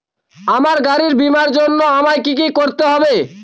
আমার গাড়ির বীমা করার জন্য আমায় কি কী করতে হবে?